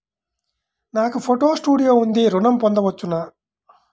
నాకు photo studio ఉంది ఋణం పొంద వచ్చునా?